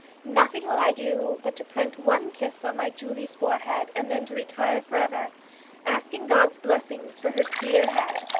nothing will i do, but to print one kiss on my julie's forehead, and then to retire for ever asking god's blessing for her dear head.